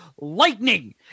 lightning